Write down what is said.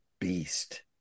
beast